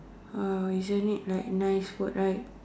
uh isn't it like nice food right